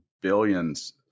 billions